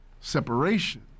separation